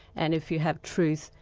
and if you have truth,